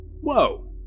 Whoa